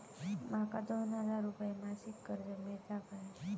माका दोन हजार रुपये मासिक कर्ज मिळात काय?